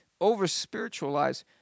over-spiritualize